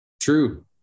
True